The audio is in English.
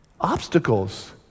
obstacles